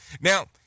now